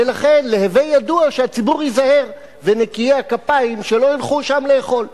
ולכן להווי ידוע שהציבור ייזהר ונקיי הדעת ייזהרו שלא לאכול בה.